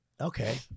Okay